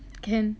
can